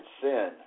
sin